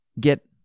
get